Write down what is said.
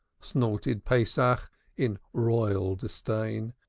snorted pesach in royal disdain.